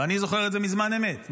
ואני זוכר את זה מזמן אמת,